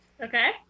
Okay